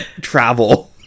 travel